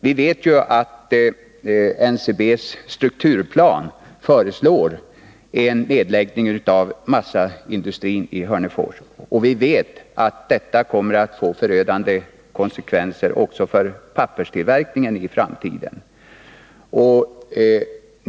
Vi vet att NCB:s strukturplan föreslår en nedläggning av massaindustrin i Hörnefors, och vi vet att detta kommer att få förödande konsekvenser också för papperstillverkningen i framtiden.